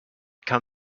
come